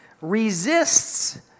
resists